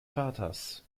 vaters